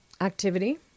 activity